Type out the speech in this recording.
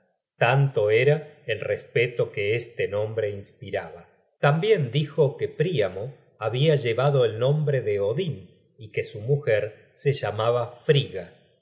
tanto era el respeto que este nombre inspiraba tambien dijo que príamo habia llevado el nombre de odin y que su mujer se llamaba frigga y